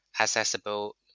accessible